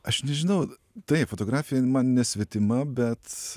aš nežinau taip fotografija man nesvetima bet